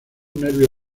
nervio